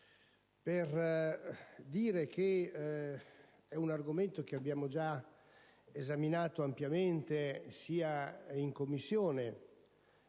per dire che è un argomento che abbiamo già esaminato ampiamente sia in Commissione